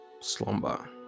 slumber